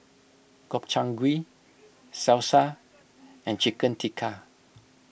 Gobchang Gui Salsa and Chicken Tikka